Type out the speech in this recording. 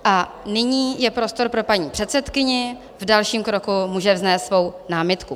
A nyní je prostor pro paní předsedkyni, v dalším kroku může vznést svou námitku.